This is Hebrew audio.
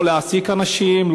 לא להעסיק אנשים,